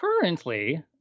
currently